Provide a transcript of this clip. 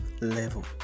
level